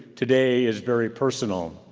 today is very personal.